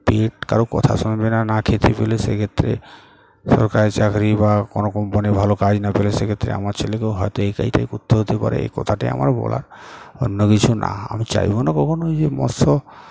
পেট কারো কথা শুনবে না না খেতে পেলে সে ক্ষেত্রে সরকারি চাকরি বা কোনো কোম্পানি ভালো কাজ না পেলে সে ক্ষেত্রে আমার ছেলেকেও হয়তো এই কাজটাই করতে হতে পারে এই কথাটাই আমার বলার অন্য কিছু না আমি চাইবো না কখনো ওই যে মৎস্য